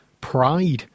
pride